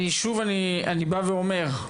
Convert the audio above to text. אני שוב בא ואומר,